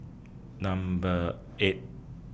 Number eight